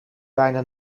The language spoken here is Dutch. bijna